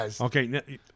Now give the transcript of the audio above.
okay